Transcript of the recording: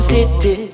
City